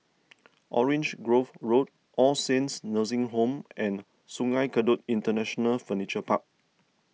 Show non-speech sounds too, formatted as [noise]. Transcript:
[noise] Orange Grove Road All Saints Nursing Home and Sungei Kadut International Furniture Park